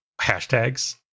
Hashtags